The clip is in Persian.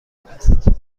است